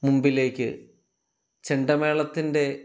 മുമ്പിലേക്ക് ചെണ്ടമേളത്തിൻ്റെ